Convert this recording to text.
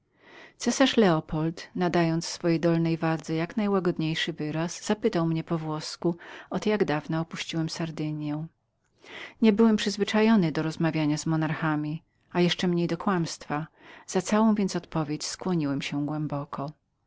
szambelański cesarz leopold nadając swojej dolnej wardze jak najłagodniejszy wyraz zapytał mnie po włosku od jak dawna opuściłem sardynyą niebyłem przyzwyczajony do rozmawiania z monarchami a jeszcze mniej do kłamstwa za całą więc odpowiedź skłoniłem się głęboko